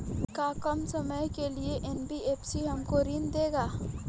का कम समय के लिए एन.बी.एफ.सी हमको ऋण देगा?